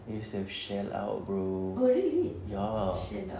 they use to have shell out bro ya